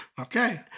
Okay